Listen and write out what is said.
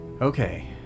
Okay